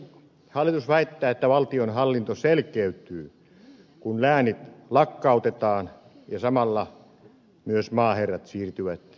hallitus väittää että valtionhallinto selkeytyy kun läänit lakkautetaan ja samalla myös maaherrat siirtyvät historiaan